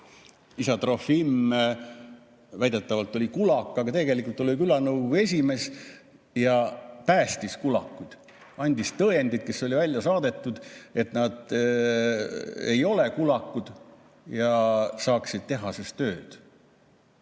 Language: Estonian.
Isa Trofim oli väidetavalt kulak, aga tegelikult oli ta külanõukogu esimees, kes päästis kulakuid, ta andis tõendeid neile, kes olid välja saadetud, et nad ei ole kulakud ja saaksid tehases tööd.